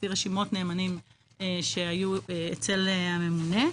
לפי רשימות נאמנים שהיו אצל הממונה.